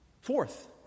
Fourth